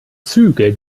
züge